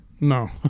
No